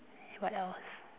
what else